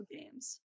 games